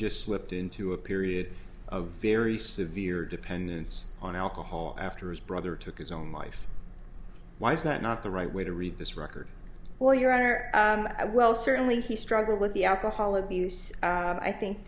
just slipped into a period of very severe dependence on alcohol after his brother took his own life why is that not the right way to read this record or your honor i will certainly he struggled with the alcohol abuse i think